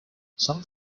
some